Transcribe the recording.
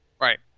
Right